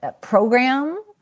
program